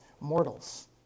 mortals